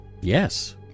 Yes